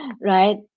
right